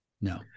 No